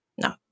no